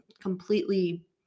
completely